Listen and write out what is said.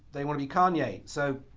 they wanna be kanye so,